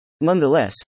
Nonetheless